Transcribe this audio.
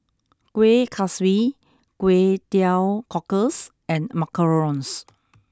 Kueh Kaswi Kway Teow Cockles and Macarons